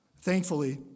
Thankfully